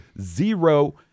zero